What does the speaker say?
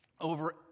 over